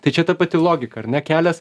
tai čia ta pati logika ar ne kelias